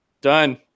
Done